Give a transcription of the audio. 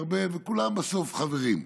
וכולם בסוף חברים.